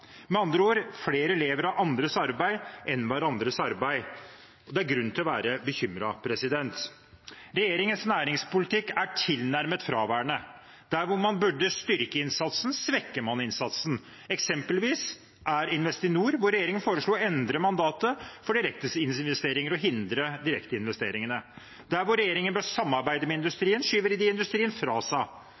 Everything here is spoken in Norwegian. Med andre ord: Flere lever av andres arbeid enn av hverandres arbeid. Og det er grunn til å være bekymret. Regjeringens næringspolitikk er tilnærmet fraværende. Der hvor man burde styrke innsatsen, svekker man innsatsen, eksempelvis når det gjelder Investinor, der regjeringen foreslo å endre mandatet for direkteinvesteringer – og hindre direkteinvesteringene. Der hvor regjeringen bør samarbeide med industrien, skyver de industrien fra seg.